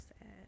sad